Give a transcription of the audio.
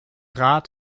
rat